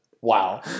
Wow